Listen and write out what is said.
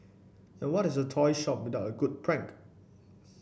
and what is a toy shop without a good prank